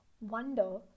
wonder